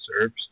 serves